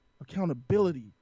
accountability